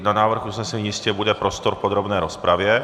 Na návrh usnesení jistě bude prostor v podrobné rozpravě.